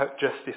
justice